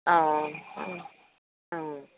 অঁ অঁ অঁ